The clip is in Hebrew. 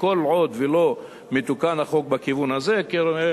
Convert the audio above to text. כל עוד לא מתוקן החוק בכיוון הזה נראה